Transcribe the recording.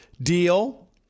deal